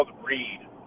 read